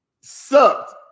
sucked